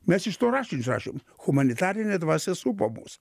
mes iš to rašinius rašėm humanitarinė dvasia supo mus